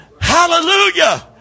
Hallelujah